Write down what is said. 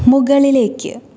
മുകളിലേക്ക്